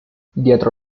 dietro